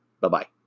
Bye-bye